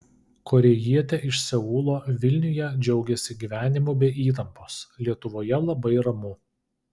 korėjietė iš seulo vilniuje džiaugiasi gyvenimu be įtampos lietuvoje labai ramu